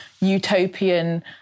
utopian